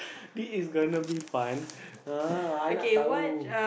this is going to be fun